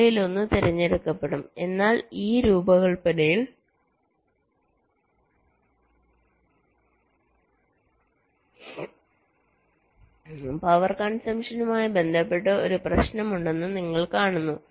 അവയിലൊന്ന് തിരഞ്ഞെടുക്കപ്പെടും എന്നാൽ ഈ രൂപകൽപ്പനയിൽ പവർ കൺസംപ്ഷനുമായി ബന്ധപ്പെട്ട് ഒരു പ്രശ്നമുണ്ടെന്ന് നിങ്ങൾ കാണുന്നു